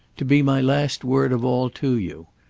to be my last word of all to you.